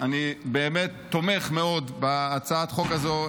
אני תומך מאוד בהצעת החוק הזאת,